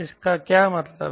इसका क्या मतलब है